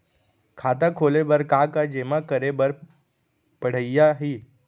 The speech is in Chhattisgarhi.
खाता खोले बर का का जेमा करे बर पढ़इया ही?